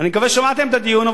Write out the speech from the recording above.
אני מקווה ששמעתם את הדיון.